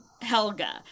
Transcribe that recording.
Helga